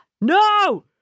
No